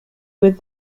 with